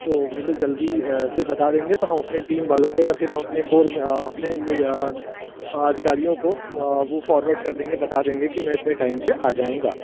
तो मुझे जल्दी से बता देंगे तो हम अपने टीम वालों को या फिर हम अपने कोर में अपने मी अधिकारियों को वह फॉरवर्ड कर देंगे बता देंगे कि मैं इतने टाइम पर आ जाऊँगा